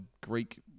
Greek